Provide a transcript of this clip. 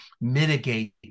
mitigate